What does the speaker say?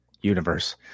universe